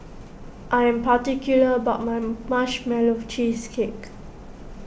I am particular about my Marshmallow Cheesecake